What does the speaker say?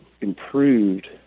improved